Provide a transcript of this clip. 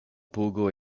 pugo